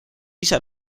ise